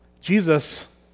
Jesus